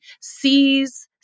sees